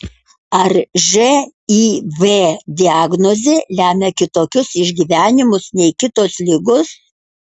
ar živ diagnozė lemia kitokius išgyvenimus nei kitos ligos